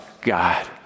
God